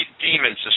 demons